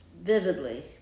vividly